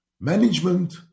Management